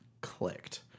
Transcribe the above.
clicked